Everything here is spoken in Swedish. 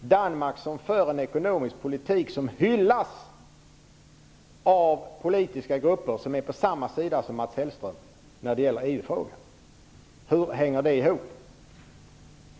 Danmark för en ekonomisk politik som hyllas av politiska grupper som befinner sig på samma sida som Mats Hellström i EU-frågan. Hur hänger detta ihop?